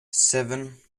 seven